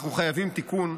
אנחנו חייבים תיקון,